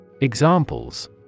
Examples